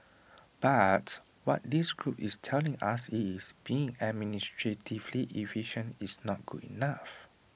but what this group is telling us is being administratively efficient is not good enough